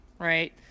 right